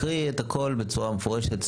זו אחריות שלי, על זה אני לא מוותרת.